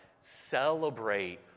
Celebrate